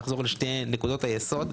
נחזור לשתי נקודות היסוד.